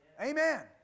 Amen